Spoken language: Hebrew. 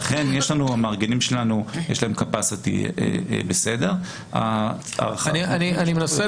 לכן למארגנים שלנו יש קפסיטי בסדר ו --- אני מנסה